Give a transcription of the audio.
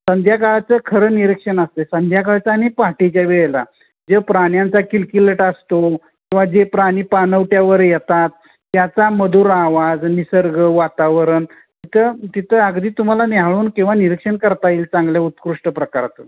संध्याकाळचं खरं निरीक्षण असते संध्याकाळचं आणि पहाटेच्या वेळेला जे प्राण्यांचा किलकिलाट असतो किंवा जे प्राणी पाणवठ्यावर येतात त्याचा मधुर आवाज निसर्ग वातावरण तिथं तिथं अगदी तुम्हाला न्याहाळून किंवा निरीक्षण करता येईल चांगल्या उत्कृष्ट प्रकारातून